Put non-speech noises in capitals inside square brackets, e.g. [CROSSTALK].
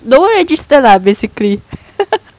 lower register lah basically [LAUGHS]